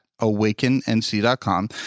awakennc.com